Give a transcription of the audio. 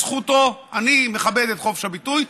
זכותו, אני מכבד את חופש הביטוי,